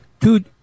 Two